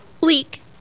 bleak